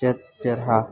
ᱪᱮᱫ ᱪᱮᱦᱨᱟ